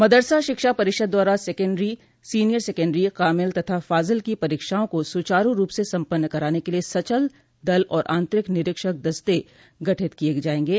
मदरसा शिक्षा परिषद द्वारा सेकेन्डरी सीनियर सकेन्डरी कामिल तथा फाजिल की परीक्षाओं को सुचारू रूप से सम्पन्न कराने के लिए सचल दल और आन्तरिक निरीक्षक दस्ते गठित किये जायेंगे